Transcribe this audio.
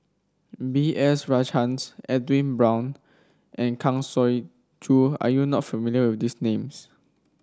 B S Rajhans Edwin Brown and Kang Siong Joo are you not familiar with these names